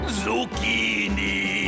zucchini